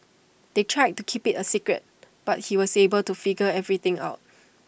they tried to keep IT A secret but he was able to figure everything out